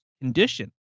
condition